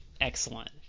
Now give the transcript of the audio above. excellent